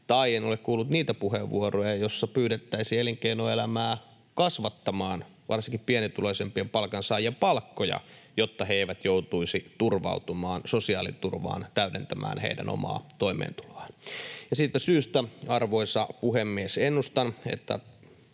Tai en ole kuullut niitä puheenvuoroja, joissa pyydettäisiin elinkeinoelämää kasvattamaan varsinkin pienituloisimpien palkansaajien palkkoja, jotta he eivät joutuisi turvautumaan sosiaaliturvaan täydentääkseen heidän omaa toimeentuloaan. Ja siitä syystä, arvoisa puhemies, ennustan,